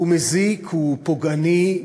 הוא מזיק, הוא פוגעני.